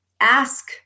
ask